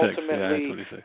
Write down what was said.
ultimately